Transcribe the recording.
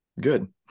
Good